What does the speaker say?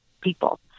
people